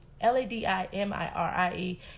L-A-D-I-M-I-R-I-E